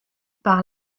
par